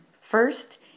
First